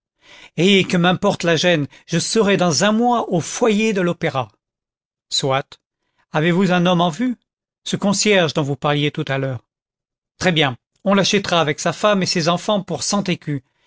eh que m'importe la gêne je serai dans un mois au foyer de l'opéra soit avez-vous un homme en vue ce concierge dont vous parliez tout à l'heure très-bien on l'achèterait avec sa femme et ses enfants pour cent écus